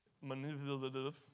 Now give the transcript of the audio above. Manipulative